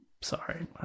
Sorry